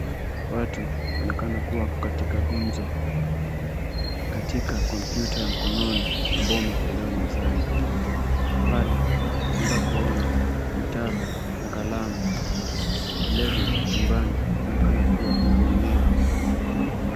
Watu, wanaonekana kuwa wako katika ngumzo, katika kompyuta ya mkononi, ambao umeekelewa mezani. Pale, unaweza kuona, vitabu, na kalamu, vilevile, chumbani, kunaonekana kuwa kuna mimea.